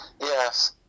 Yes